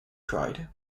cried